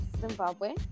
Zimbabwe